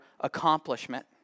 accomplishment